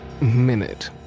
Minute